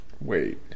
Wait